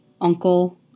uncle